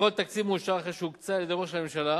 לכל תקציב מאושר אחר שהוקצה על-ידי משרדי הממשלה